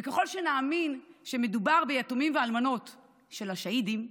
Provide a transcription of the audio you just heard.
וככל שנאמין שמדובר ביתומים ובאלמנות של השהידים,